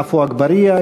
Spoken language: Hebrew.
עפו אגבאריה,